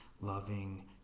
loving